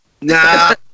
Nah